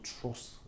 trust